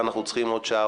ואנחנו צריכים עוד שעה,